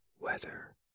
weather